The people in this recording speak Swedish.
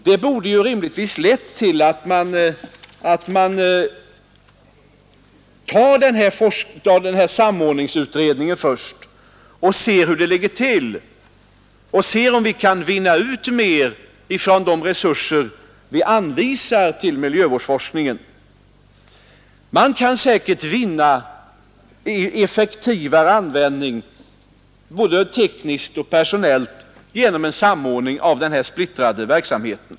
Det borde rimligtvis ha lett till att man först avvaktar samordningsutredningen för att se hur det ligger till, för att se om vi kan vinna ut mer av de resurser vi anvisar till miljövårdsforskningen. Vi kan säkert åstadkomma större effektivitet, både tekniskt och personellt, genom samordning av den här splittrade verksamheten.